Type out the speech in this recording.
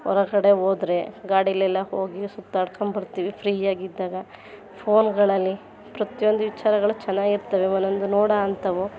ಹೊರಗಡೆ ಹೋದ್ರೆ ಗಾಡಿಯಲ್ಲೆಲ್ಲ ಹೋಗಿ ಸುತ್ತಾಡ್ಕೊಂಡು ಬರ್ತೀವಿ ಫ್ರೀಯಾಗಿದ್ದಾಗ ಫೋನ್ಗಳಲ್ಲಿ ಪ್ರತಿಯೊಂದು ವಿಚಾರಗಳು ಚೆನ್ನಾಗಿರ್ತವೆ ಒಂದೊಂದು ನೋಡೋ ಅಂಥವು